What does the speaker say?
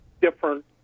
different